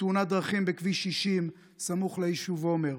בתאונת דרכים בכביש 60 סמוך ליישוב עומר.